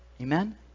Amen